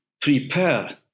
prepare